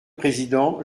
président